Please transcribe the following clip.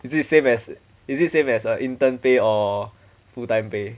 is it same as is it same uh intern pay or full time pay